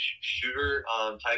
shooter-type